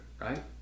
right